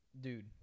dude